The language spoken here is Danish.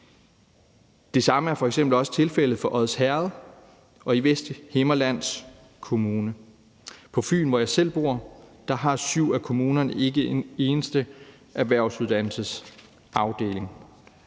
Det samme er f.eks. også tilfældet for Odsherred Kommune og Vesthimmerlands Kommune. På Fyn, hvor jeg selv bor, har syv af kommunerne ikke en eneste erhvervsuddannelsesafdeling.